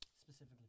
specifically